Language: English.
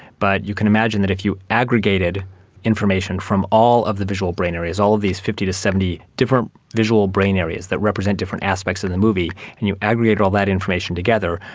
but you can imagine that if you aggregated information from all of the visual brain areas, all of these fifty to seventy different visual brain areas that represent different aspects of the movie and you aggregate all that information together,